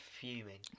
fuming